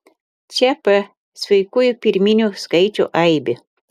čia p sveikųjų pirminių skaičių aibė